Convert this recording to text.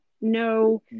no